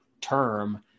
term